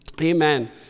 Amen